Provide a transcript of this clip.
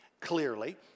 clearly